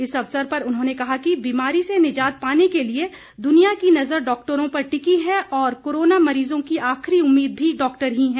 इस अवसर पर उन्होंने कहा कि बीमारी से निजात पाने के लिए दुनिया की नजर डॉक्टरों पर टिकी हैं और कोरोना मरीजों की आखिरी उम्मीद भी डॉक्टर ही हैं